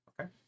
okay